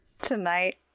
Tonight